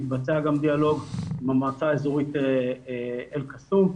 מתבצע גם דיאלוג עם המועצה האזורית אל קסום.